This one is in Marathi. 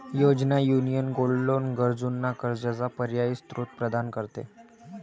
योजना, युनियन गोल्ड लोन गरजूंना कर्जाचा पर्यायी स्त्रोत प्रदान करते